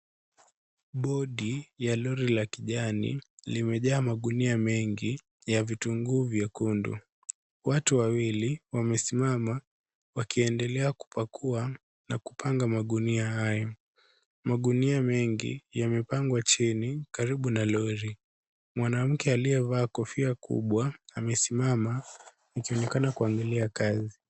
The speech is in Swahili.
Bodi ya lori la kijani, limejaa magunia mengi ya vitunguu vyekundu. Watu wawili wamesimama wakiendelea kupakua na kupanga magunia hayo. Magunia mengi yamepangwa chini karibu na lori. Mwanamke aliyevaa kofi kubwa amesimama akionekana kuangalia kazi.